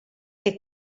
che